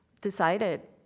decided